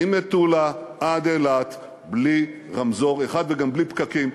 ממטולה עד אילת בלי רמזור אחד וגם בלי פקקים.